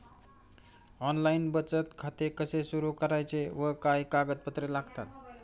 Online बचत खाते कसे सुरू करायचे व काय कागदपत्रे लागतात?